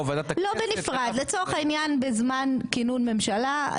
לצורך העניין בזמן כינון הממשלה,